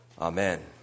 Amen